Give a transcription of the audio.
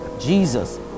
Jesus